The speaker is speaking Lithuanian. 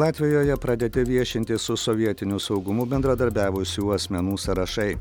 latvijoje pradėti viešinti su sovietiniu saugumu bendradarbiavusių asmenų sąrašai